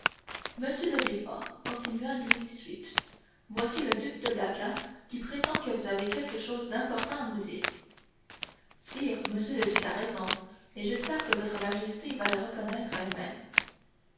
de villefort continua louis xviii voici le duc de blacas qui prétend que vous avez quelque chose d'important à nous dire sire m le duc a raison et j'espère que votre majesté va le reconnaître elle-même